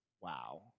wow